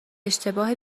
اشتباه